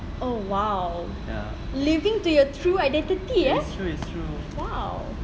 oh !wow! living to your true identity eh